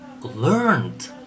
learned